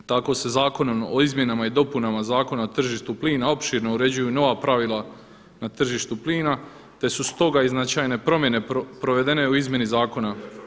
Tako se Zakonom o izmjenama i dopunama Zakona o tržištu plina opširno uređuju nova pravila na tržištu plina te su stoga i značajne promjene provedene u izmjeni zakona.